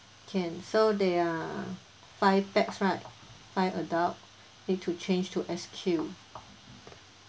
can so there are five pax right five adult need to change to S_Q